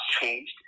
changed